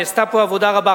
נעשתה פה עבודה רבה.